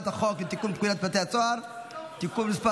חוק לתיקון פקודת בתי הסוהר (תיקון מס'